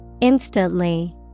Instantly